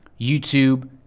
YouTube